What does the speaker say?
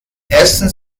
essen